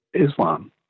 Islam